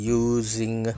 using